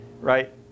right